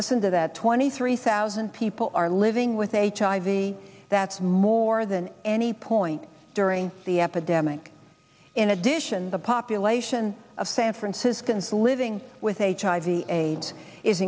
listen to that twenty three thousand people are living with hiv that's more than any point during the epidemic in addition the population of san franciscans living with hiv aids is